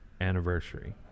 anniversary